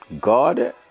God